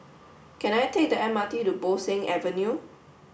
can I take the M R T to Bo Seng Avenue